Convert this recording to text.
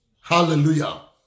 Hallelujah